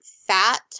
fat